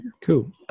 Cool